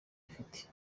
bifite